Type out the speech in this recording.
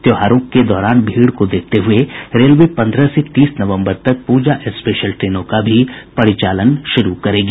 त्योहारों के दौरान भीड़ को देखते हुये रेलवे पन्द्रह से तीस नवम्बर तक पूजा स्पेशल ट्रेनों का भी परिचालन शुरू करेगी